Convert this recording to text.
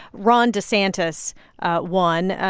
ron desantis won,